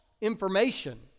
information